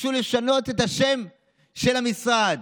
ביקשו לשנות את השם של המשרד,